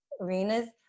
arenas